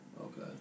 Okay